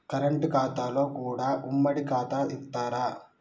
Current ఖాతాలో కూడా ఉమ్మడి ఖాతా ఇత్తరా?